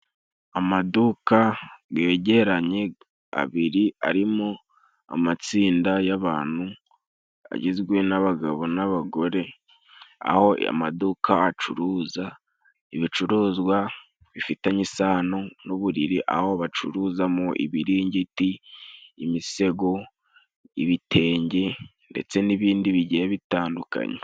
Amaduka yegeranye abiri arimo amatsinda y'abant, agizwe n'abagabo n'abagore aho amaduka acuruza ibicuruzwa bifitanye isano n'uburiri aho bacuruzamo ibiringiti, imisego, ibitenge ndetse n'ibindi bigiye bitandukanye.